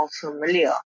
familiar